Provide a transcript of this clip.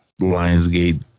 Lionsgate